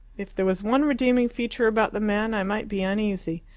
if there was one redeeming feature about the man i might be uneasy.